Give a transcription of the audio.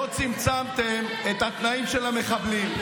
לא צמצמתם את התנאים של המחבלים.